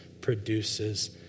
produces